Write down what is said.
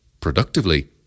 productively